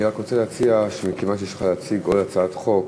אני רק רוצה להציע שמכיוון שעליך להציג עוד הצעת חוק,